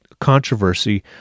controversy